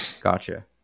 gotcha